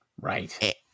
Right